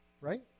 Right